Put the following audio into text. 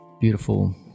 beautiful